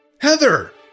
Heather